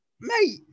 mate